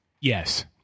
Yes